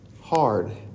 hard